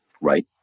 right